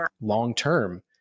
long-term